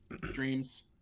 dreams